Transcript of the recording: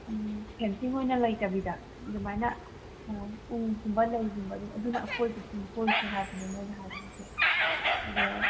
ꯎꯝ fencing ꯑꯣꯏꯅ ꯂꯩꯇꯕꯤꯗ ꯑꯗꯨꯃꯥꯏꯅ ꯎꯒꯨꯝꯕ ꯂꯩꯒꯨꯝꯕ ꯑꯗꯨꯅ ꯑꯀꯣꯏꯕꯁꯤꯡ ꯀꯣꯏꯁꯦ ꯍꯥꯏꯕꯅꯦ ꯃꯣꯏꯅ ꯍꯥꯏꯕꯗꯗꯤ ꯑꯗꯣ